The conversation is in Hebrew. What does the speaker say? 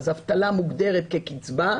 אז אבטלה מוגדרת כקצבה,